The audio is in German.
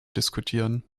diskutieren